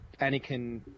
Anakin